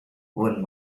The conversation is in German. wurden